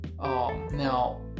Now